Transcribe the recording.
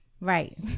right